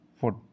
food